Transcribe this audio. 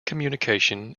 communication